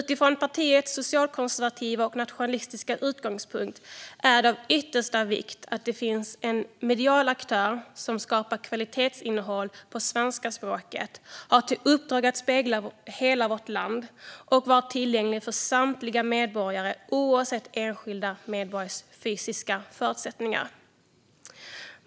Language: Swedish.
Utifrån partiets socialkonservativa och nationalistiska utgångspunkt anser Sverigedemokraterna att det är av yttersta vikt att det finns en medial aktör som skapar kvalitetsinnehåll på det svenska språket och som har i uppdrag att spegla hela vårt land och att se till att innehållet är tillgängligt för samtliga medborgare oavsett enskilda medborgares fysiska förutsättningar.